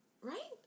Right